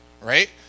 right